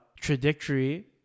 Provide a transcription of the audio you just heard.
trajectory